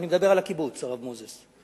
הרב מוזס,